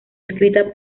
escrita